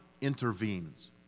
intervenes